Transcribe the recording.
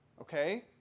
Okay